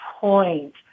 point